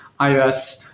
iOS